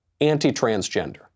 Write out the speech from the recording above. Anti-transgender